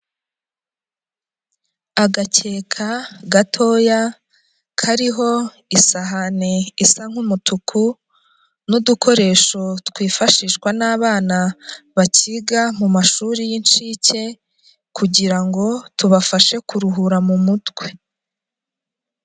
Agakeka gatoya, kariho isahani isa nk'umutuku n'udukoresho twifashishwa n'abana bakiga mu mashuri y'inshike kugirango ngo tubafashe kuruhura mu mutwe.